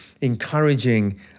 encouraging